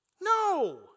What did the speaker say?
No